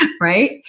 right